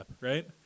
right